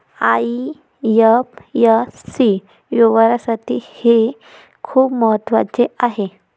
IFSC व्यवहारासाठी हे खूप महत्वाचे आहे